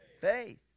faith